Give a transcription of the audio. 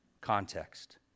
Context